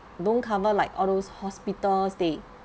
long cover like all those hospitals they